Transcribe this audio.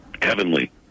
heavenly